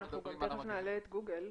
אנחנו גם תכף נעלה את גוגל.